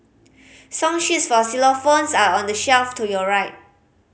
song sheets for xylophones are on the shelf to your right